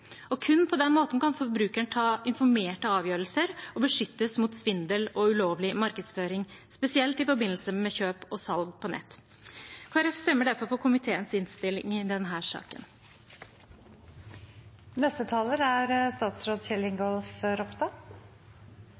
Kun på den måten kan forbrukeren ta informerte avgjørelser og beskyttes mot svindel og ulovlig markedsføring, spesielt i forbindelse med kjøp og salg på nett. Kristelig Folkeparti stemmer derfor for komiteens innstilling i denne saken. Den